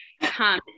come